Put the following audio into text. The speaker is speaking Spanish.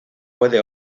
puede